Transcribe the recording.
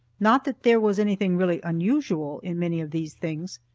not that there was anything really unusual in many of these things,